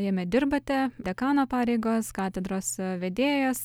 jame dirbate dekano pareigos katedros vedėjas